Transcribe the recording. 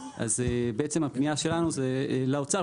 אז בעצם הפנייה שלנו היא לאוצר,